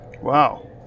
wow